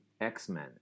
X-Men